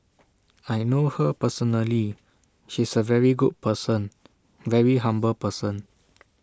I know her personally she's A very good person very humble person